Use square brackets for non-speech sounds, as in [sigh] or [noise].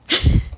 [laughs]